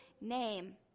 name